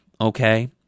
Okay